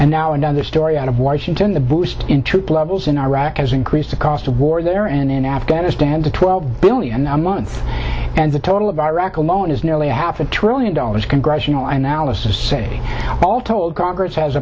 and now another story out of washington the boost in troop levels in iraq has increased the cost of war there and in afghanistan to twelve billion a month and the total of iraq alone is nearly a half a trillion dollars congressional i'm allison to say all told congress has